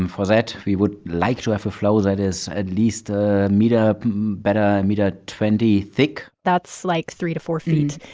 and for that, we would like to have a floe that is at least a meter better a meter twenty thick that's, like, three to four feet.